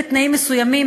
בתנאים מסוימים,